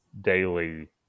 daily